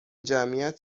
جمعیت